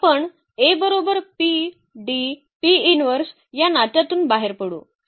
तर आपण A बरोबर या नात्यातून बाहेर पडू